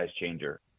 changer